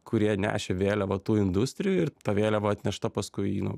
kurie nešė vėliavą tų industrijų ir ta vėliava atnešta paskui nu